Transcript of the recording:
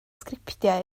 sgriptiau